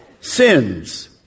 sins